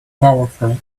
powerful